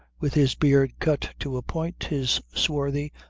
with his beard cut to a point, his swarthy,